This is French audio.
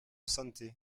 santé